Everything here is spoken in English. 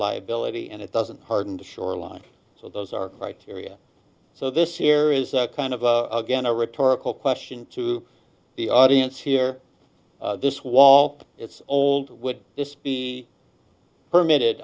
liability and it doesn't harden the shoreline so those are criteria so this here is kind of a again a rhetorical question to the audience here this wall it's old would this be permitted